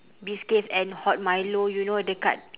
biscuits and hot milo you know dekat